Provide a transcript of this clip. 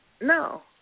no